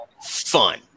fun